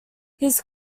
his